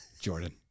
jordan